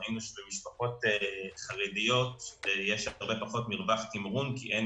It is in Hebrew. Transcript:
ראינו שלמשפחות חרדיות יש פחות מרווח תמרון כי אין